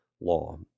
law